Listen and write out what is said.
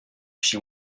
she